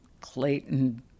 Clayton